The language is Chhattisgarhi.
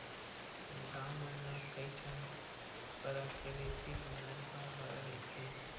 गाँव मन म कइठन पराकिरितिक नरूवा ह रहिथे